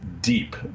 deep